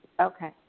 Okay